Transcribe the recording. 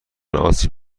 آسیب